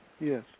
Yes